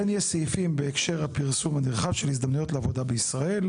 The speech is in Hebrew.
כן יש סעיפים בהקשר לפרסום הנרחב של הזדמנויות לעבודה בישראל.